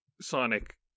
Sonic